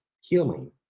healing